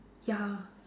ya